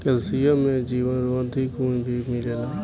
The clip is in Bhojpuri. कैल्सियम में जीवरोधी गुण भी मिलेला